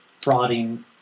frauding